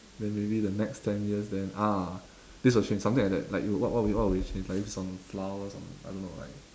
then maybe the next ten years then ah this will change something like that like what what will you change is it flowers on I don't know like